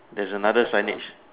there's another signage